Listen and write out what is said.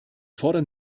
fordern